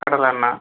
கடலை எண்ணெய்